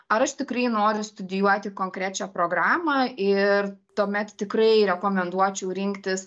ar aš tikrai noriu studijuoti konkrečią programą ir tuomet tikrai rekomenduočiau rinktis